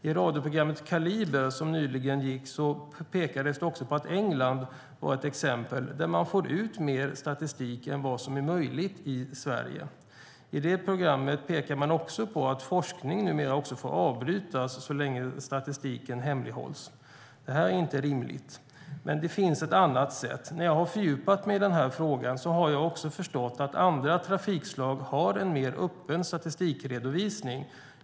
I radioprogrammet Kaliber pekades det nyligen på England som ett land där man får ut mer statistik än vad som är möjligt i Sverige. I programmet framhöll man också att forskning numera får avbrytas så länge statistiken hemlighålls. Detta är inte rimligt. Men det finns ett annat sätt. När jag fördjupat mig i den här frågan har jag förstått att andra trafikslag har en mer öppen statistikredovisning.